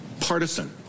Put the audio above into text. partisan